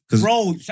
Bro